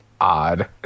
odd